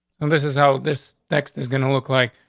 and this is how this text is gonna look like.